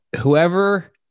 whoever